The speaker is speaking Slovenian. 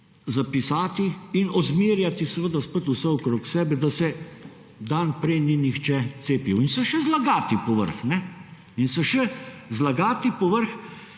zapisati in ozmerjati seveda spet vse okrog sebe, da se dan prej ni nihče cepil in se še zlagati povrh. In se še zlagati povrh,